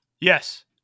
Yes